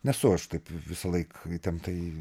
nesu aš taip visąlaik įtemptai